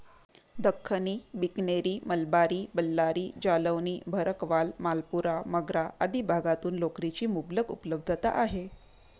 दख्खनी, बिकनेरी, मलबारी, बल्लारी, जालौनी, भरकवाल, मालपुरा, मगरा आदी भागातून लोकरीची मुबलक उपलब्धता आहे